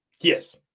Yes